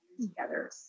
together